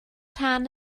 rhan